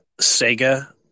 Sega